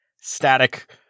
static